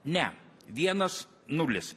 ne vienas nulis